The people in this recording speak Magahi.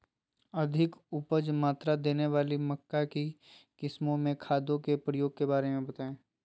अधिक उपज मात्रा देने वाली मक्का की किस्मों में खादों के प्रयोग के बारे में बताएं?